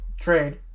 trade